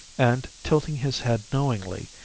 and tilting his head knowingly,